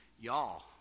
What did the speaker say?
y'all